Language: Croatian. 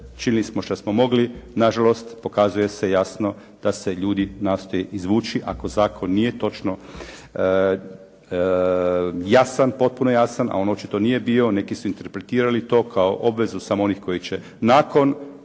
činili smo što smo mogli. Nažalost pokazuje se jasno da se ljudi nastoje izvući ako zakon nije točno jasan, potpuno jasan. A on očito nije bio, neki su interpretirali to kao obvezu samo onih koji će nakon